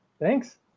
Thanks